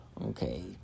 okay